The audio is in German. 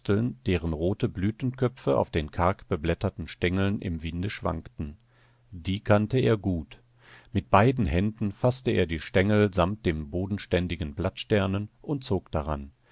deren rote blütenköpfe auf den karg beblätterten stengeln im winde schwankten die kannte er gut mit beiden händen faßte er die stengel samt den bodenständigen blattsternen und zog daran